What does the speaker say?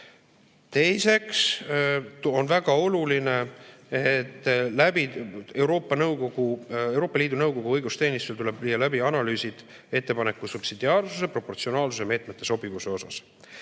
Teiseks on väga oluline, et Euroopa Liidu Nõukogu õigusteenistusel tuleb viia läbi analüüsid ettepaneku subsidiaarsuse, proportsionaalsuse ja meetmete sobivuse kohta.